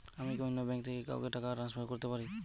আমি কি অন্য ব্যাঙ্ক থেকে কাউকে টাকা ট্রান্সফার করতে পারি?